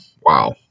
wow